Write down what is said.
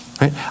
right